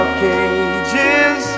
cages